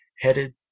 headed